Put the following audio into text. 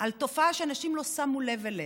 על תופעה שאנשים לא שמו לב אליה,